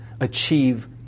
achieve